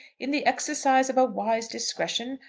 in the exercise of a wise discretion,